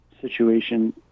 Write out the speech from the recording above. situation